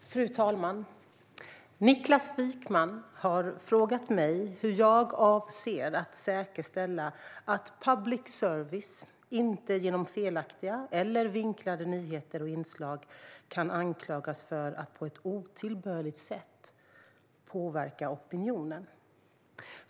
Svar på interpellationer Fru talman! Niklas Wykman har frågat mig hur jag avser att säkerställa att public service inte genom felaktiga eller vinklade nyheter och inslag kan anklagas för att på ett otillbörligt sätt påverka opinionen.